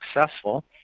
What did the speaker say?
successful